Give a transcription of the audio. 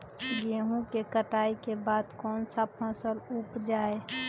गेंहू के कटाई के बाद कौन सा फसल उप जाए?